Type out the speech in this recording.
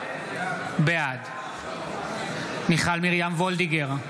בעד מיכל מרים וולדיגר,